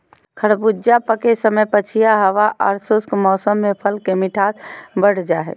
खरबूजा पके समय पछिया हवा आर शुष्क मौसम में फल के मिठास बढ़ जा हई